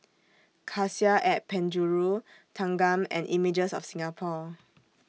Cassia At Penjuru Thanggam and Images of Singapore